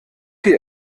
die